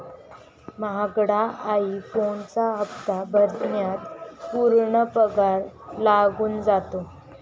महागडा आई फोनचा हप्ता भरण्यात पूर्ण पगार लागून जातो